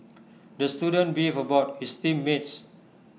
the student beefed about his team mates